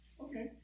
Okay